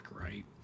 right